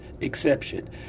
exception